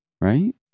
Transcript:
right